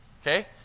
Okay